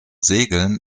segeln